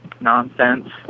nonsense